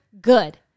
good